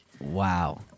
Wow